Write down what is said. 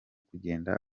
kugenda